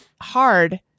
hard